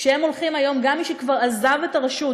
גם מי שכבר עזב את הרשות,